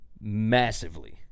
massively